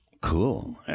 Cool